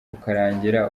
ukarangira